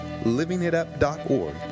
livingitup.org